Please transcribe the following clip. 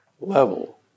level